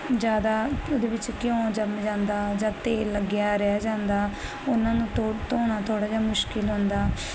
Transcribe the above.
ਜਿਆਦਾ ਉਹਦੇ ਵਿੱਚ ਘਿਉ ਜੰਮ ਜਾਂਦਾ ਜਾਂ ਤੇਲ ਲੱਗਿਆ ਰਹਿ ਜਾਂਦਾ ਉਹਨਾਂ ਨੂੰ ਧੋਣਾ ਥੋੜਾ ਜਿਹਾ ਮੁਸ਼ਕਿਲ ਹੁੰਦਾ